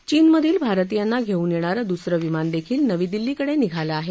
चीनमधील भारतीयांना घेऊनयेणारं दुसरं विमान देखील नवी दिल्लीकडे निघालं आहे